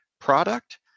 product